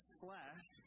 flesh